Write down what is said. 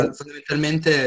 fondamentalmente